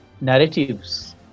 narratives